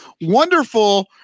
wonderful